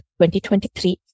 2023